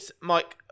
Mike